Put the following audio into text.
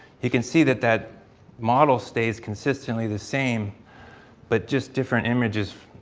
you can see that that model stays consistently the same but just different images,